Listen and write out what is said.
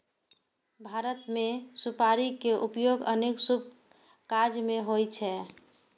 भारत मे सुपारी के उपयोग अनेक शुभ काज मे होइ छै